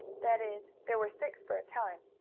that is there were six for a time,